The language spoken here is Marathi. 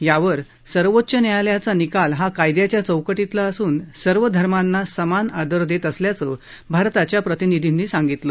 यावर सर्वोच्च न्यायालयाचा निकाल हा कायद्याच्या चौकीटीतला असून सर्व धर्मांना समान आदर देत असल्याचं भारताचा प्रतिनिधींनी सांगितलं